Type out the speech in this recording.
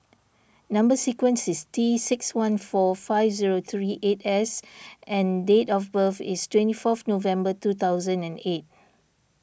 Number Sequence is T six one four five zero three eight S and date of birth is twenty fourth November twenty eight